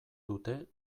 dute